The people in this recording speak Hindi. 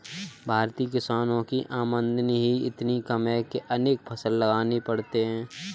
भारतीय किसानों की आमदनी ही इतनी कम है कि अनेक फसल लगाने पड़ते हैं